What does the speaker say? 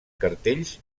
cartells